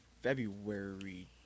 February